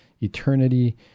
eternity